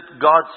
God's